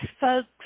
folks